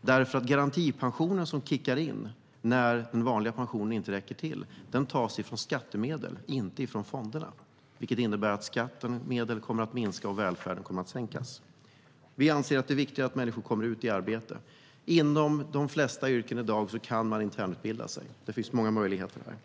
därför att garantipensionen som kickar in när den vanliga pensionen inte räcker till tas från skattemedel, inte från fonderna, vilket innebär att skattemedlen kommer att minska och välfärden kommer att sänkas. Vi anser att det är viktigare att människor kommer ut i arbete. Inom de flesta yrken kan man i dag internutbilda sig. Det finns många möjligheter här.